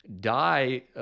die